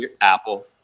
Apple